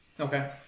Okay